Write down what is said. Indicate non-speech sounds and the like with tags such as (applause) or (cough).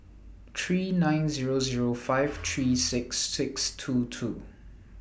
(unintelligible) three nine Zero Zero five three six six two two